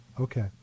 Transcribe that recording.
Okay